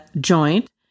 joint